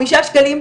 חמישה שקלים,